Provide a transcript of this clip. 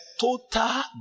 total